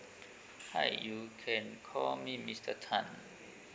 hi you can call me mister tan